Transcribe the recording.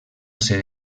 ser